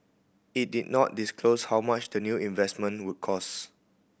it did not disclose how much the new investment will cost